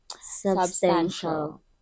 substantial